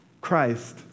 Christ